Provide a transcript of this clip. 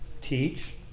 Teach